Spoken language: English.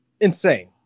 Insane